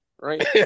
right